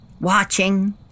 watching